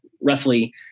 roughly